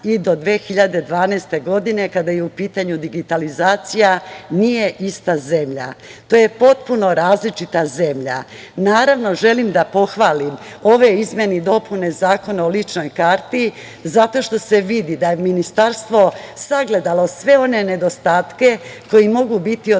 i do 2012. godine, kada je u pitanju digitalizacija, nije ista zemlja. To je potpuno različita zemlja. Naravno, želim da pohvalim ove izmene i dopune Zakona o ličnoj karti, zato što se vidi da je Ministarstvo sagledalo sve one nedostatke koji mogu biti